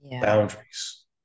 boundaries